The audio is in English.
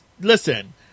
listen